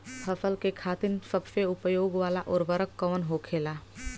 फसल के खातिन सबसे उपयोग वाला उर्वरक कवन होखेला?